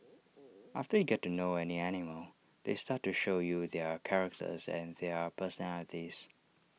after you get to know any animal they start to show you their characters and their personalities